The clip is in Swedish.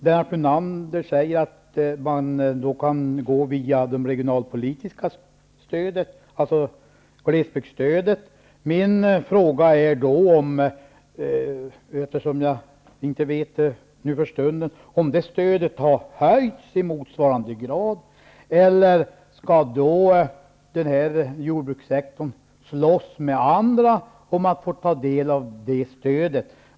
Lennart Brunander säger att man kan gå via det regionalpolitiska stödet, dvs. glesbygdsstödet. För stunden vet jag inte om det stödet har höjts i motsvarande grad. Skall då jordbrukssektorn slåss med andra sektorer om att få ta del av stödet?